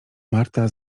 marta